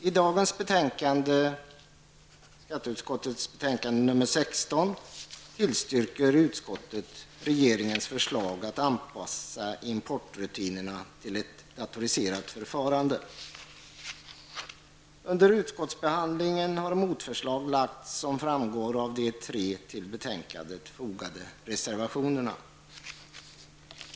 I dagens betänkande SkU16 tillstyrker utskottet regeringens förslag att anpassa importrutinerna till ett datoriserat förfarande. Under utskottsbehandlingen har motförslag lagts, som framgår av de tre till betänkandet fogade reservationerna.